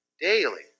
daily